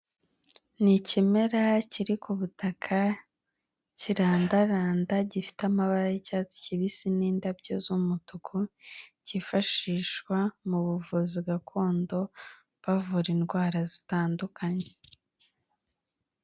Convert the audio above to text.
Ni ikimera kiri ku butaka kirandaranda gifite amabara y'icyatsi kibisi n'indabyo z'umutuku cyifashishwa mu buvuzi gakondo bavura indwara zitandukanye.